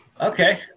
Okay